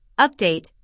update